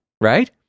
right